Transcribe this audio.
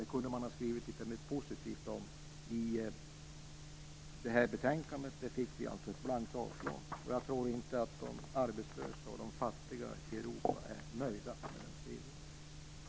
Det fick vi ett blankt avslag på. Jag tror inte att de arbetslösa och de fattiga i Europa är nöjda med den skrivningen.